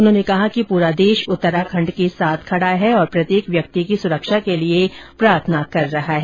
उन्होंने कहा कि पूरा देश उत्तराखंड के साथ खड़ा है और प्रत्येक व्यक्ति की सुरक्षा के लिए प्रार्थना कर रहा है